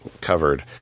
covered